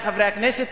חברי חברי הכנסת,